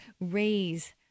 raise